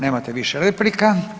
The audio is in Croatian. Nemate više replika.